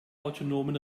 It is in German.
autonomen